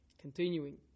Continuing